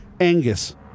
Angus